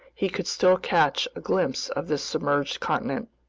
he could still catch a glimpse of this submerged continent.